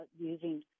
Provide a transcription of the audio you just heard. using